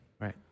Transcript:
right